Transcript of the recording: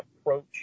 approach